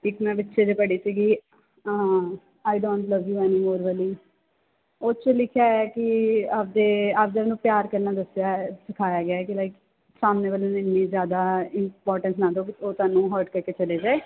ਇੱਕ ਮੈਂ ਪਿੱਛੇ ਜਿਹੇ ਪੜ੍ਹੀ ਸੀਗੀ ਆਈ ਡੋਟ ਲਵ ਯੂ ਐਨੀਮੋਰ ਵਾਲੀ ਉਹ 'ਚ ਲਿਖਿਆ ਹੋਇਆ ਕਿ ਆਪਦੇ ਆਪਦੇ ਆਪ ਨੂੰ ਪਿਆਰ ਕਰਨਾ ਦੱਸਿਆ ਹੋਇਆ ਸਿਖਾਇਆ ਗਿਆ ਹੈ ਕਿ ਲਾਈਕ ਸਾਹਮਣੇ ਵਾਲੇ ਨੂੰ ਐਨੀ ਜ਼ਿਆਦਾ ਇਮਪੋਰਟੈਂਸ ਨਾ ਦਿਉ ਵੀ ਉਹ ਤੁਹਾਨੂੰ ਹਰਟ ਕਰਕੇ ਚਲੇ ਜਾਏ